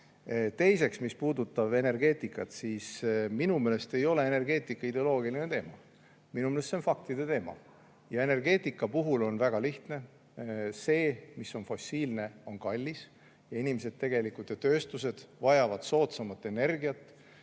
Teiseks, mis puudutab energeetikat, siis minu meelest ei ole energeetika ideoloogiline teema. Minu meelest on see faktide teema. Energeetika puhul on väga lihtne: see, mis on fossiilne, on kallis, aga inimesed ja tööstus vajavad soodsamat energiat.